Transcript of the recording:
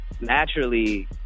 naturally